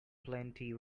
plenty